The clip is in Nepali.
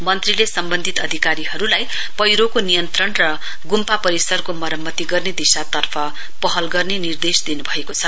मन्त्रीले सम्वन्धित अधिकारीहरुलाई पैह्रोको नियन्त्रण र गुम्पा परिसरको मरम्मित गर्ने दिशातर्फ पहल गर्ने निर्देश दिनुभएको छ